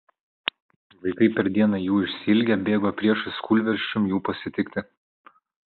vaikai per dieną jų išsiilgę bėgo priešais kūlvirsčiom jų pasitikti